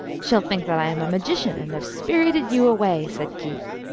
she'll think that i am a magician and have spirited you away, said keith.